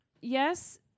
yes